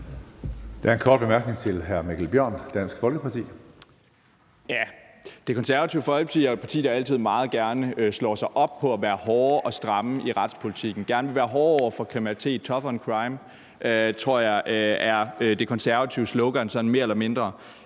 Der er en kort bemærkning til hr. Mikkel Bjørn, Dansk Folkeparti. Kl. 16:32 Mikkel Bjørn (DF): Det Konservative Folkeparti er jo et parti, der altid meget gerne slår sig op på at være hårde og stramme i retspolitikken. Man vil gerne være hård over for kriminalitet – »tough on crime« tror jeg er det konservative slogan sådan mere eller mindre.